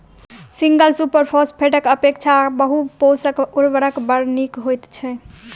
single super फौसफेटक अपेक्षा बहु पोषक उर्वरक बड़ नीक होइत छै